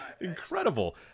Incredible